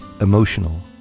emotional